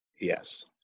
Yes